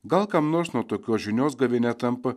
gal kam nors nuo tokios žinios gavėnia tampa